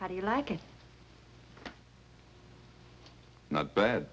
how do you like it not bad